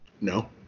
No